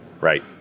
Right